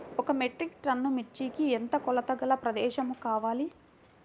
ఒక metric ton మిర్చికి ఎంత కొలతగల ప్రదేశము కావాలీ?